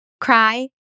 Cry